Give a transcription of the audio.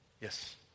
Yes